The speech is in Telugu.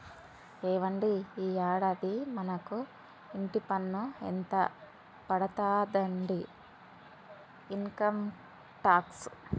ఏవండి ఈ యాడాది మనకు ఇంటి పన్ను ఎంత పడతాదండి ఇన్కమ్ టాక్స్